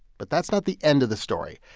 but that's not the end of the story.